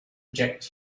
reject